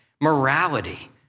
morality